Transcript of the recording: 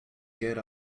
get